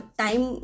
time